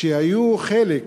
הם היו חלק,